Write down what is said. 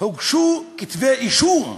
הוגשו כתבי-אישום.